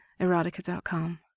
erotica.com